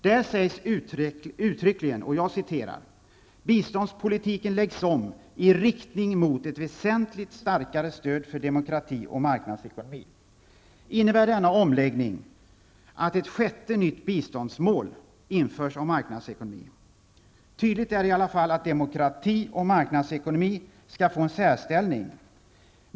Där sägs uttryckligen: ''Biståndspolitiken läggs om i riktning mot ett väsentligt starkare stöd för demokrati och marknadsekonomi.'' Innebär denna omläggning att ett sjätte nytt biståndsmål om marknadsekonomi införs? Tydligt är i alla fall att demokrati och marknadsekonomi skall få en särställning.